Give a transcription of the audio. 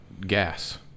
gas